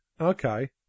Okay